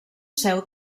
seu